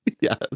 yes